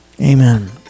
Amen